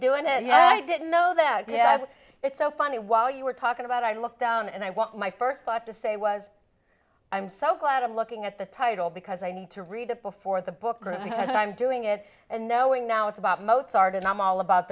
doing it and i didn't know that yet it's so funny while you were talking about i look down and i want my first thought to say was i'm so glad i'm looking at the title because i need to read it before the book that i'm doing it and knowing now it's about mozart and i'm all about